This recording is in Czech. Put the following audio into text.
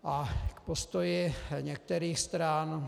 A k postoji některých stran.